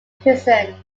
prison